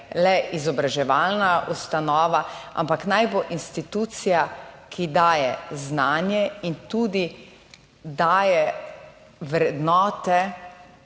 le izobraževalna ustanova, ampak naj bo institucija, ki daje znanje in daje vrednote